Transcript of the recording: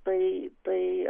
tai tai